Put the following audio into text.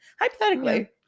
hypothetically